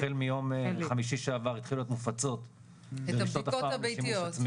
החל מיום חמישי שעבר התחילו להיות מופצות ברשתות הפארמים לשימוש עצמי,